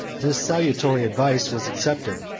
this salutary advice was accepted,